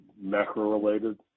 macro-related